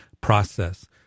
process